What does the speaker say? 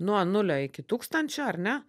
nuo nulio iki tūkstančio ar ne